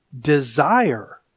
desire